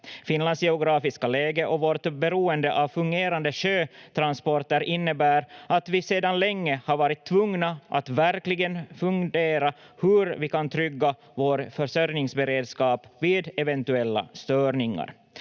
Finlands geografiska läge och vårt beroende av fungerande sjötransporter innebär att vi sedan länge har varit tvungna att verkligen fundera hur vi kan trygga vår försörjningsberedskap vid eventuella störningar.